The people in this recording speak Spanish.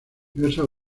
diversos